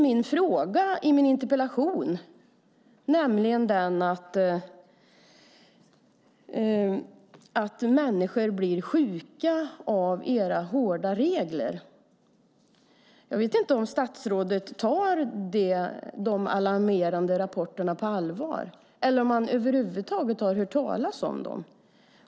Min interpellation handlar om att människor blir sjuka av era hårda regler. Jag vet inte om statsrådet tar de alarmerande rapporterna på allvar eller över huvud taget har hört talas om dem.